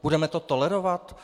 Budeme to tolerovat?